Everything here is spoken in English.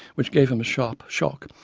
which gave him a sharp shock,